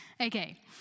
Okay